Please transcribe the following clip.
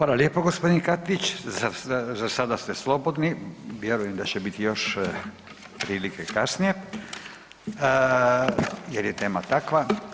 Fala lijepo g. Katić, za sada ste slobodni, vjerujem da će biti još prilike kasnije jer je tema takva.